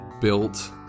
built